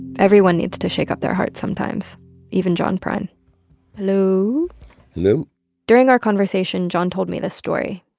everyone needs to shake up their heart, sometimes even john prine hello hello during our conversation, john told me this story.